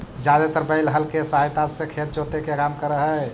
जादेतर बैल हल केसहायता से खेत जोते के काम कर हई